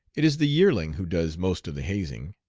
it is the yearling who does most of the hazing.